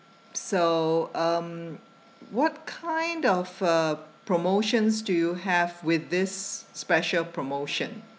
so um what kind of a promotions do you have with this special promotion